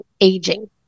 aging